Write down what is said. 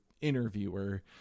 interviewer